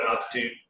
altitude